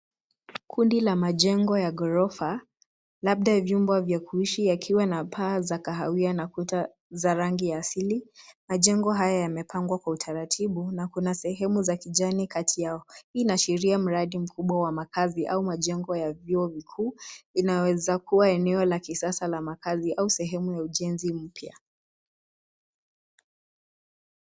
Kundi la majengo ya ghorofa labda ya jumba ya kuishi yakiwa na paa za kahawia na kuta za rangi ya asili. Majengo haya yamepangwa kwa utaratibu na kuna sehemu za kijani kati yao. Hii inaashiria mradi mkubwa wa makazi au majengo ya vyuo vikuu inaweza kuwa eneo la kisasa la makazi au sehemu ya ujenzi mpya.